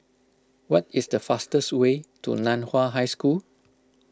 what is the fastest way to Nan Hua High School